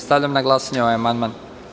Stavljam na glasanje ovaj amandman.